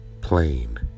plain